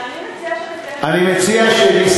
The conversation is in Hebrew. אני מציעה שנקיים דיון במליאה.